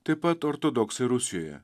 taip pat ortodoksai rusijoje